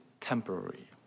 temporary